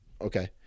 okay